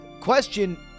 question